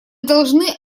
должны